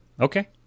Okay